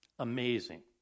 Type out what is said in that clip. amazing